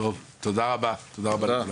אוקיי, תודה רבה לכולם.